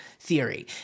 theory